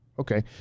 Okay